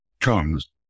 comes